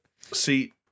See